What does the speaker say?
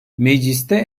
mecliste